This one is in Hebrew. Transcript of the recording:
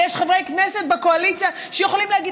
ויש חברי כנסת בקואליציה שיכולים להגיד